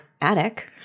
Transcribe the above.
attic